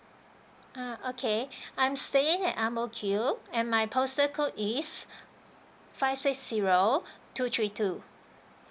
ah okay I'm staying at ang mo kio and my postal code is five six zero two three two